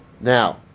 Now